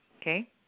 okay